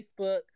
Facebook